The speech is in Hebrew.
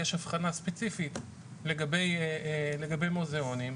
יש הבחנה ספציפית לגבי מוזיאונים,